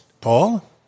Paul